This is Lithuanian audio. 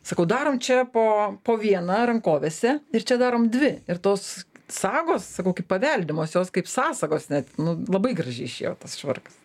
sakau darom čia po po vieną rankovėse ir čia darom dvi ir tos sagos sakau paveldimos jos kaip sąsagos net nu labai gražiai išėjo tas švarkas